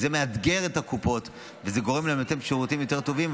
וזה מאתגר את הקופות וגורם להן לתת שירותים יותר טובים,